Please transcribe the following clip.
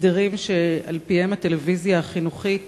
הסדרים שעל-פיהם הטלוויזיה החינוכית